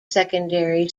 secondary